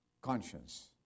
conscience